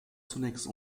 zunächst